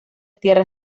tierra